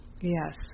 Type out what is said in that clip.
Yes